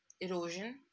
erosion